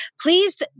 Please